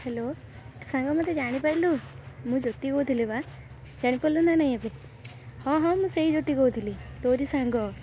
hello ସାଙ୍ଗ ମୋତେ ଜାଣିପାଇଲୁ ମୁଁ ଜ୍ୟୋତି କହୁଥିଲି ବା ଜାଣିପାରିଲୁନା ନାହିଁ ଏବେ ହଁ ହଁ ମୁଁ ସେଇ ଜ୍ୟୋତି କହୁଥିଲି ତୋରି ସାଙ୍ଗ